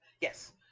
Yes